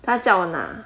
他叫我拿